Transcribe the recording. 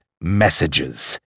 messages